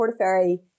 Portaferry